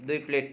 दुई प्लेट